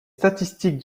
statistiques